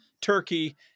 Turkey